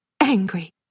angry